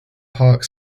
park